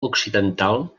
occidental